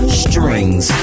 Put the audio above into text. strings